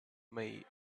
may